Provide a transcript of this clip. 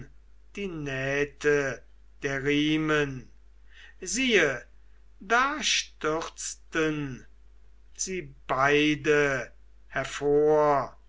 die nähte der riemen siehe da stürzten sie beide hervor